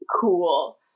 cool